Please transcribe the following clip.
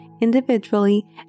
individually